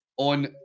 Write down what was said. On